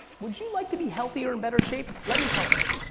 would you like to be healthier and better shape? let me help you.